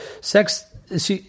sex